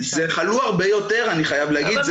חלו הרבה יותר, אני חייב להגיד.